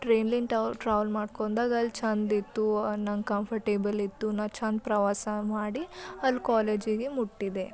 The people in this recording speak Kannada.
ಟ್ರೇನ್ನಿಂದ ಟ್ರಾವಲ್ ಮಾಡ್ಕೊಂಡಾಗ ಅಲ್ಲಿ ಚೆಂದ ಇತ್ತು ನಂಗೆ ಕಂಫರ್ಟೇಬಲ್ ಇತ್ತು ನಾನು ಚೆಂದ ಪ್ರವಾಸ ಮಾಡಿ ಅಲ್ಲಿ ಕಾಲೇಜಿಗೆ ಮುಟ್ಟಿದೆ